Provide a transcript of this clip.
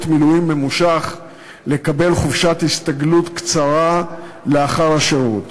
מילואים ממושך לקבל חופשת הסתגלות קצרה לאחר השירות.